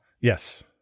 yes